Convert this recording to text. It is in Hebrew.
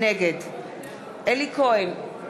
נגד אלי כהן,